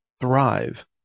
thrive